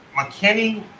McKinney